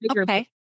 Okay